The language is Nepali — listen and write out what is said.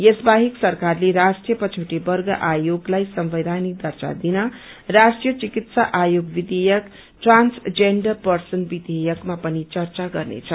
यस बाहेक सरकारले राष्ट्रीय पछौटेवर्ग आयोगलाई संवैधानिक दर्जा दिन राष्ट्रीय चिकित्सा आयोग विषेयक ट्रान्स जेण्डर पर्सन्स विषेयकमा पनि चर्चा गर्नेछ